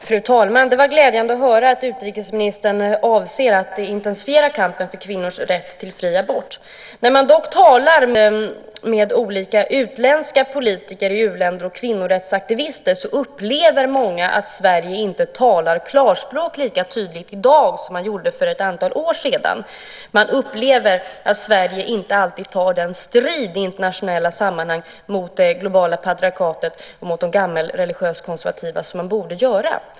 Fru talman! Det var glädjande att höra att utrikesministern avser att intensifiera kampen för kvinnors rätt till fri abort. När man talar med olika utländska politiker i u-länder och kvinnorättsaktivister upplever dock många att Sverige inte talar klarspråk lika tydligt i dag som man gjorde för ett antal år sedan. Man upplever att Sverige inte alltid tar den strid i internationella sammanhang mot det globala patriarkatet och mot de gammelreligiöst konservativa som man borde göra.